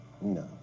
No